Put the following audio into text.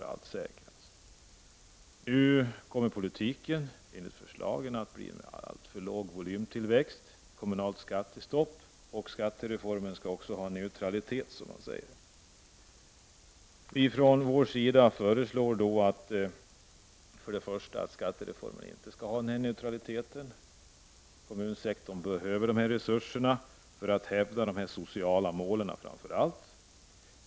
Politiken enligt de föreliggande förslagen innebär en alltför låg volymtillväxt och kommunalt skattestopp. Skattereformen skall också ha neutralitet. Vi från vår sida föreslår då att skattereformen inte skall ha den neutraliteten. Kommunsektorn behöver resurser, framför allt för att hävda de sociala målen.